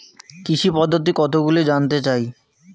কৃষি পদ্ধতি কতগুলি জানতে চাই?